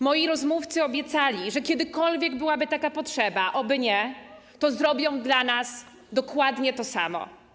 Moi rozmówcy obiecali, że jeśli kiedykolwiek byłaby taka potrzeba - oby nie - to zrobią dla nas dokładnie to samo.